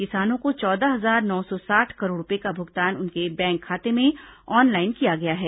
किसानों को चौदह हजार नौ सौ साठ करोड़ रूपये का भुगतान उनके बैंक खाते में ऑनलाइन किया गया है